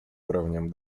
уровнем